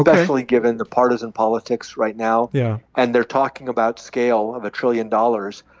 especially given the partisan politics right now yeah and they're talking about scale of a trillion dollars,